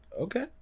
okay